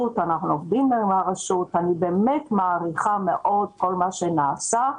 ואני באמת מעריכה מאוד את כל מה שנעשה,